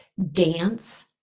dance